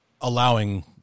allowing